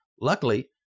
Luckily